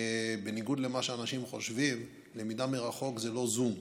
בניגוד למה שאנשים חושבים, למידה מרחוק זה לא זום.